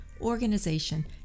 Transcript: organization